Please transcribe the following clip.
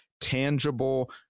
tangible